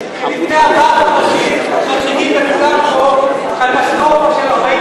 יו"ר ועדת הכספים בכנסת לא יכול לשתף פעולה.